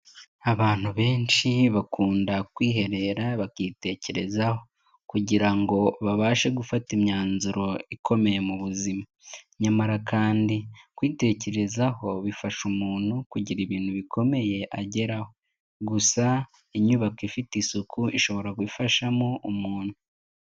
Abantu benshi bakunda kwiherera bakitekerezaho kugira ngo babashe gufata imyanzuro ikomeye mu buzima, nyamara kandi kwitekerezaho bifasha umuntu kugira ibintu bikomeye ageraho, gusa inyubako ifite isuku ishobora gufashamo umuntu.